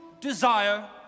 desire